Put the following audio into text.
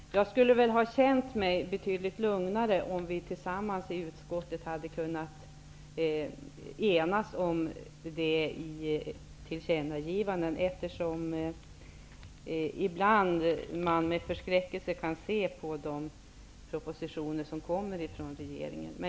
Jag skulle ha känt mig betydligt lugnare om vi tillsammans i utskottet hade kunnat enas om detta i ett tillkännagivande, eftersom man ibland med förskräckelse kan se på de propositioner som kommer från regeringen.